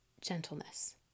gentleness